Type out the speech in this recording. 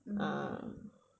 ah